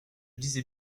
disais